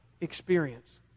experience